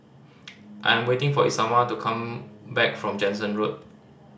I'm waiting for Isamar to come back from Jansen Road